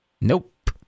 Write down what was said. Nope